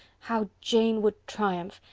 how jane would triumph!